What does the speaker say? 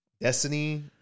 Destiny